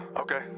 Okay